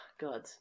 God